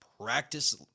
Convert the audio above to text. Practice